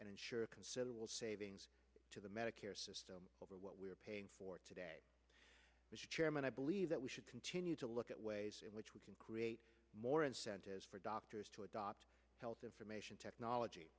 and ensure a considerable savings to the medicare system over what we are paying for today mr chairman i believe that we should continue to look at ways in which we can create more incentives for doctors to adopt health information technology